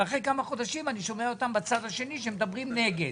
ואחרי כמה חודשים אני שומע אותם בצד השני שמדברים נגד.